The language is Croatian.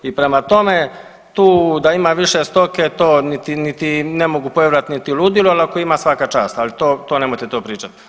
I prema tome, tu da ima više stoke to niti ne mogu povjerovati niti u ludilu, ali ako ima svaka čast, ali to nemojte pričati.